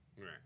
Right